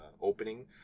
opening